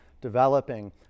developing